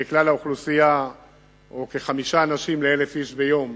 מכלל האוכלוסייה 5 מ-1,000 איש ביום,